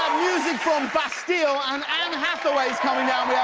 music from bastille and ann hathaway is coming down. we yeah